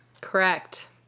Correct